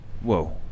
whoa